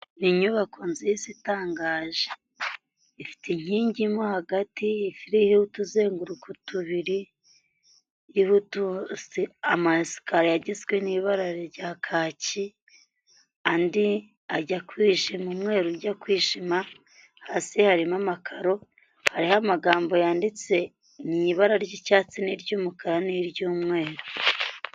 Ni inyubako nziza itangaje ifite inkingi mo hagati iriho utuzenguruko tubiri iriho ama esikariye agizwe n'ibara rya kaki andi ajya kwijima umweru ujya kwijima hasi harimo amakaro hariho amagambo yanditse mu ibara ry'icyatsi n'iry'umukara n'iry'umweru.